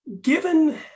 Given